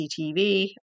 CCTV